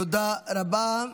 תודה רבה.